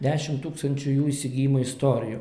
dešim tūkstančių jų įsigijimo istorijų